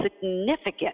significant